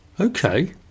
Okay